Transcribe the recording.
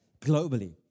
Globally